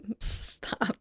Stop